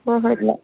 ꯍꯣꯏ ꯍꯣꯏ ꯌꯥꯏ